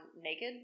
naked